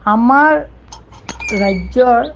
আমাৰ ৰাজ্যৰ